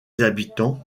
habitants